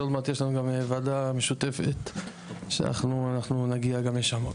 שעוד מעט יש לנו גם ועדה משותפת שאנחנו נגיע גם לשם.